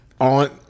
on